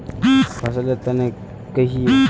फसल लेर तने कहिए?